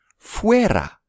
Fuera